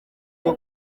bwo